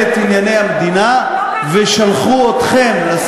גם למנכ"לית, גם ליועצת המשפטית, לראש רשות